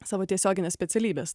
savo tiesioginės specialybės